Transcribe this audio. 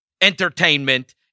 entertainment